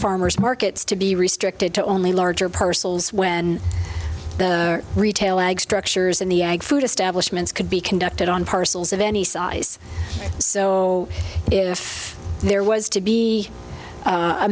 farmers markets to be restricted to only larger personals when the retail ag structures in the ag food establishments could be conducted on parcels of any size so if there was to be a